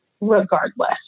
regardless